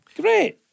Great